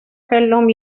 kellhom